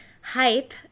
hype